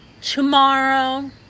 tomorrow